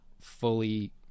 fully